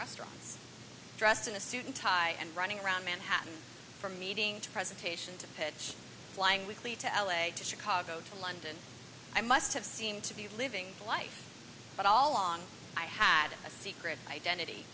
restaurants dressed in a suit and tie and running around manhattan from meeting to presentation to pitch flying weekly to l a to chicago to london i must have seemed to be living a life but all along i had a secret identity